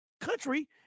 country